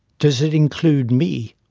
does it include me?